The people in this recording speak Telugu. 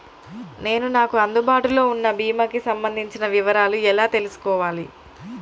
నేను నాకు అందుబాటులో ఉన్న బీమా కి సంబంధించిన వివరాలు ఎలా తెలుసుకోవాలి?